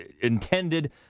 intended